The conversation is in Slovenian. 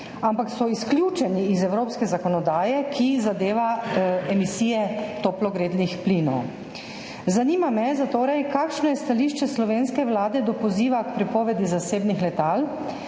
ampak so izključeni iz evropske zakonodaje, ki zadeva emisije toplogrednih plinov. Zanima me zatorej: Kakšno je stališče slovenske vlade do poziva k prepovedi zasebnih letal?